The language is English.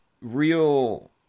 real